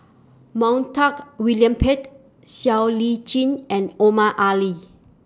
Montague William Pett Siow Lee Chin and Omar Ali